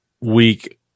week